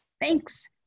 Thanks